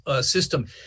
system